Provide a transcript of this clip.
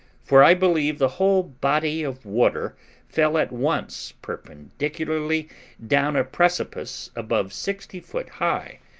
for i believe the whole body of water fell at once perpendicularly down a precipice above sixty foot high,